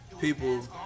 People